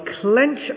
clench